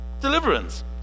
deliverance